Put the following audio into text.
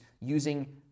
using